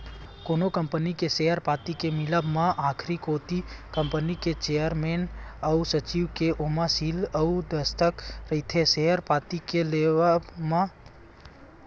कोनो कंपनी के सेयर पाती के मिलब म आखरी कोती कंपनी के चेयरमेन अउ सचिव के ओमा सील अउ दस्कत रहिथे सेयर पाती के लेवब म